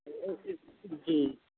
جی